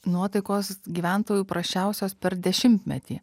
nuotaikos gyventojų prasčiausios per dešimtmetį